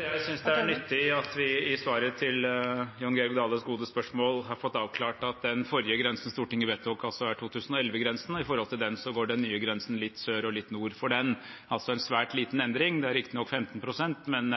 Jeg synes det er nyttig at vi i svaret på Jon Georg Dales gode spørsmål har fått avklart at den forrige grensen Stortinget vedtok, er 2011-grensen, og i forhold til den går den nye grensen litt sør og litt nord for den – altså en svært liten endring. Det er riktignok 15 pst., men